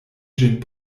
ĝin